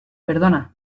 perdona